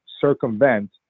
circumvent